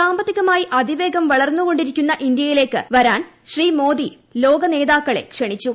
സാമ്പത്തികമായി അതിവേഗം വളർന്നുകൊണ്ടിരുക്കുന്ന ഇന്ത്യയിലേക്ക് വരാൻ ശ്രീ മോദി ലോക നേതാക്കളെ ക്ഷണിച്ചു